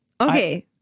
Okay